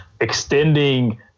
extending